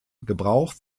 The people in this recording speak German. gebrauch